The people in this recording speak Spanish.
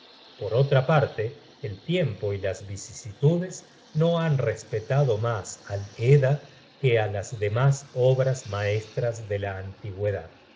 por otra parte el tiempo y las vicisitudes no han respetado mas al edda que á las de mas obras maestras de la antigüedad